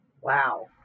Wow